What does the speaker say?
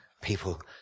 people